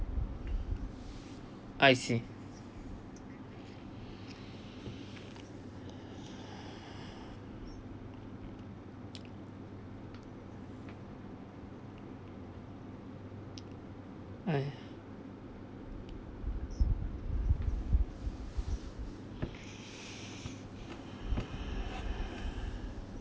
I see I